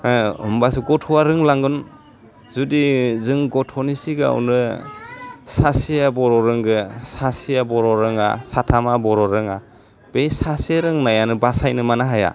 होह होमबासो गथ'वा रोंलांगोन जुदि जों गथ'नि सिगाङावनो सासेया बर' रोंगोन सासेया बर' रोङा साथामा बर' रोङा बे सासे रोंनायानो बासायनो मानो हाया